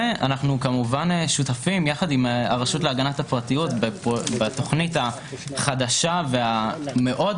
כמובן אנו שותפים עם הרשות להגנת הפרטיות בתוכנית החדשה והמאוד